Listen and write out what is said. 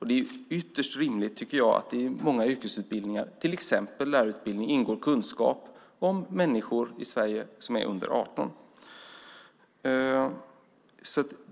Det är ytterst rimligt tycker jag att det i många yrkesutbildningar, till exempel lärarutbildningen, ingår kunskap om människor i Sverige som är under 18 år.